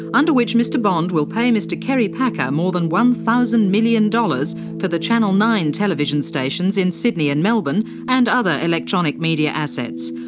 under which mr bond will pay mr kerry packer more than one thousand million dollars for the channel nine television stations in sydney and melbourne and other electronic media assets.